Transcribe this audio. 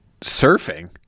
surfing